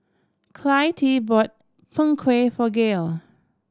Clytie bought Png Kueh for Gail